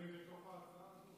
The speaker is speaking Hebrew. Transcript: הקרן היא בתוך ההצעה הזאת.